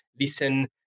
listen